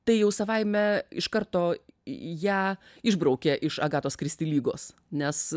tai jau savaime iš karto ją išbraukė iš agatos kristi lygos nes